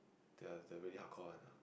the the really hardcore one ah